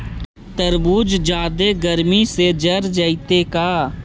तारबुज जादे गर्मी से जर जितै का?